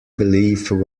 believe